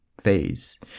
phase